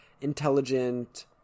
intelligent